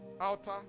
Outer